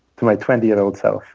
to my twenty year old so